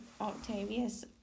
Octavius